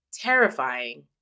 terrifying